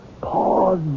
pause